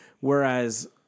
Whereas